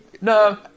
No